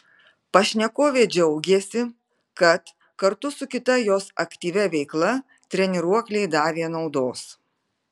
pašnekovė džiaugėsi kad kartu su kita jos aktyvia veikla treniruokliai davė naudos